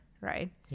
right